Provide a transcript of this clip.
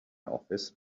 office